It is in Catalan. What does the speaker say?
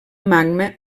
magma